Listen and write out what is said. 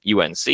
UNC